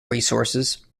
resources